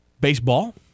baseball